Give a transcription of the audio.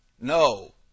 No